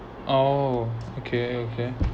oh okay okay